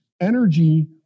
energy